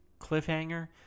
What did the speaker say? cliffhanger